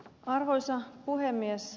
arvoisa puhemies